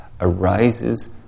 arises